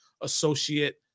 associate